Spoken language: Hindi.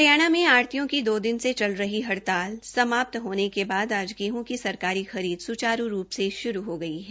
हरियाणा मे आढतियों की दो दिन से चल रही हड़ताल समाप्त होने के बाद आज गेहूं की सरकारी खरीद सुचारू रूप से शुरू हो गई है